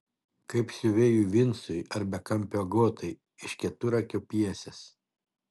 kaip siuvėjui vincui ar bekampio agotai iš keturakio pjesės